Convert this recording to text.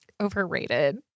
overrated